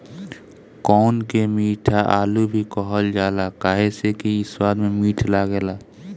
कोन के मीठा आलू भी कहल जाला काहे से कि इ स्वाद में मीठ लागेला